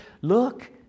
look